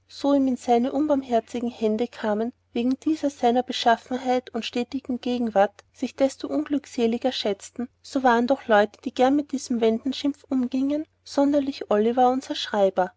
so ihm in seine unbarmherzige hände kamen wegen dieser seiner beschaffenheit und stetigen gegenwart sich desto unglückseliger schätzten so waren doch leute die gern mit diesem wenddenschimpf umgiengen sonderlich olivier unser schreiber